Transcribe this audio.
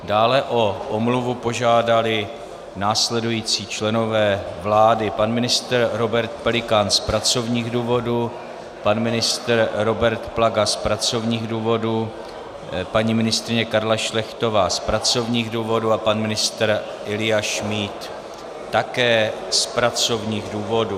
Dále o omluvu požádali následující členové vlády: pan ministr Robert Pelikán z pracovních důvodů, pan ministr Robert Plaga z pracovních důvodů, paní ministryně Karla Šlechtová z pracovních důvodů a pan ministr Ilja Šmíd také z pracovních důvodů.